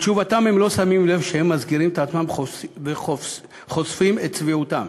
בתשובתם הם לא שמים לב שהם מסגירים את עצמם וחושפים את צביעותם.